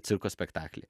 cirko spektaklį